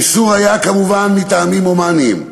האיסור היה, כמובן, מטעמים הומניים: